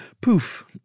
Poof